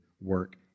work